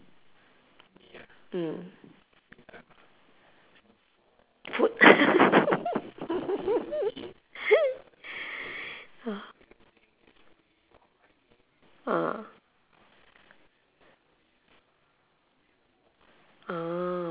mm food ah ah